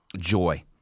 joy